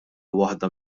waħda